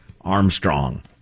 Armstrong